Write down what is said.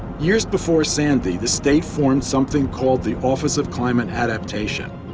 years before sandy, the state formed something called the office of climate adaptation.